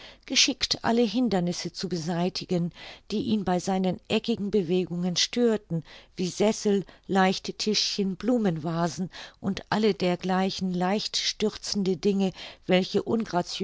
geschickt alle hindernisse zu beseitigen die ihn bei seinen eckigen bewegungen störten wie sessel leichte tischchen blumenvasen und alle dergleichen leicht stürzende dinge welche